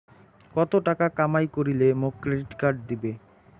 কত টাকা কামাই করিলে মোক ক্রেডিট কার্ড দিবে?